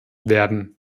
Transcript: werden